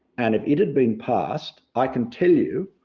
and if it had been passed, i can tell you,